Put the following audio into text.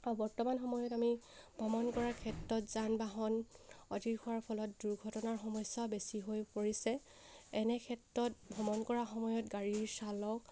আৰু বৰ্তমান সময়ত আমি ভ্ৰমণ কৰাৰ ক্ষেত্ৰত যান বাহন অধিক হোৱাৰ ফলত দুৰ্ঘটনাৰ সমস্যা বেছি হৈ পৰিছে এনে ক্ষেত্ৰত ভ্ৰমণ কৰা সময়ত গাড়ীৰ চালক